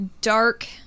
dark